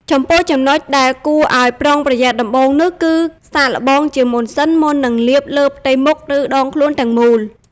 ចំពោះ ចំណុចដែលគួរឲ្យប្រុងប្រយ័ត្នដំបូងនោះគឺ សាកល្បងជាមុនសិន មុននឹងលាបលើផ្ទៃមុខ ឬដងខ្លួនទាំងមូល។